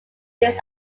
this